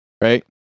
Right